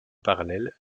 parallèle